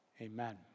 Amen